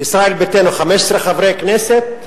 ישראל ביתנו, 15 חברי כנסת,